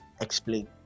explain